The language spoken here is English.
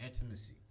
intimacy